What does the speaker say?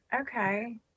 Okay